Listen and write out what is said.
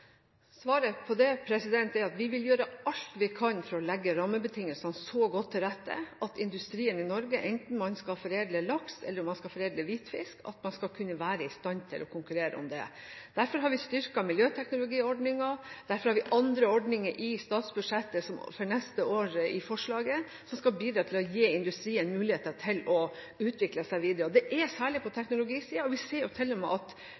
Svaret på det er at vi vil gjøre alt vi kan for å legge rammebetingelsene så godt til rette at industrien i Norge, enten man skal foredle laks eller man skal foredle hvitfisk, skal kunne være i stand til å konkurrere om det. Derfor har vi styrket miljøteknologiordningen, og derfor har vi andre ordninger i forslaget til statsbudsjett for neste år som skal bidra til å gi industrien muligheter til å utvikle seg videre. Dette gjelder særlig på teknologisiden, og vi ser til og med at